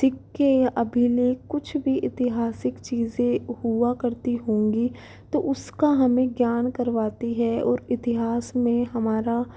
सिक्के अभिलेख लिए कुछ भी ऐतिहासिक चीज़ें हुआ करती होंगी तो उसका हमें ज्ञान करवाती है और इतिहास में हमारा